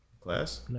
class